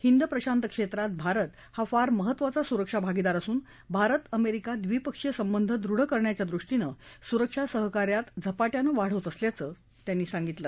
हिंद प्रशांत क्षेत्रात भारत हा फार महत्वाचा सुरक्षा भागिदार असून भारत अमेरिका द्विपक्षीय संबंध दृढ करण्याच्या दृष्टीनं सुरक्षा सहकार्यात झपाट्यानं वाढ होत असल्याचं त्यांनी सांगितलं